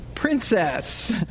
Princess